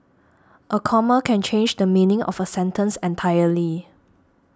a comma can change the meaning of a sentence entirely